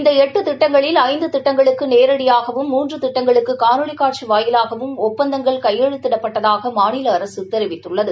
இந்த எட்டு திட்டங்களில் ஐந்து திட்டங்களுக்கு நேரடியாகவும் மூன்று திட்டங்களுக்கு காணொலி காட்சி வாயிலாகவும் ஒப்பந்தங்கள் கையெழுத்திடப்பட்டதாக மாநில அரசு தெரிவித்துள்ளது